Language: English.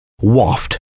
waft